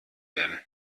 werden